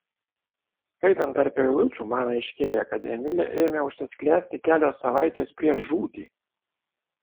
skaitant tarp eilučių man aiškėja kad emilė ėmė užsisklęsti kelios savaitės prieš žūtį